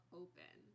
open